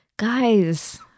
Guys